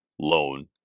loan